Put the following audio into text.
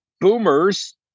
boomers